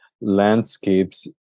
landscapes